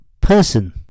person